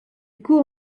court